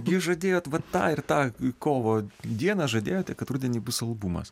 gi jūs žadėjot vat tą ir tą kovo dieną žadėjote kad rudenį bus albumas